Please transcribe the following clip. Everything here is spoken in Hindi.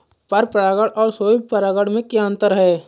पर परागण और स्वयं परागण में क्या अंतर है?